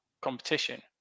competition